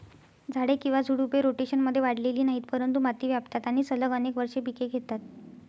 झाडे किंवा झुडपे, रोटेशनमध्ये वाढलेली नाहीत, परंतु माती व्यापतात आणि सलग अनेक वर्षे पिके घेतात